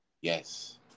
yes